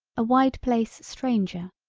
a wide place stranger,